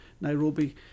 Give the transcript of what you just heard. Nairobi